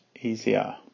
easier